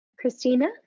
Christina